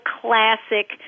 classic